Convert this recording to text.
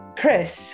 Chris